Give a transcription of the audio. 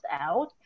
out